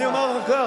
אני אומר לך כך,